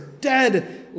dead